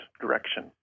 direction